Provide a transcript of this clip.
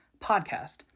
podcast